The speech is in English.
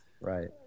right